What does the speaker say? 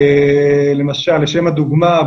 לשם הדוגמא,